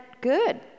good